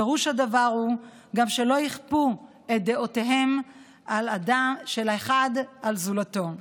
פירוש הדבר הוא שגם לא יכפו את דעותיהם אחד על זולתו.